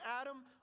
Adam